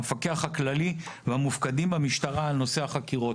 המפקח הכללי והמופקדים במשטרה על נושא החקירות".